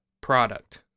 product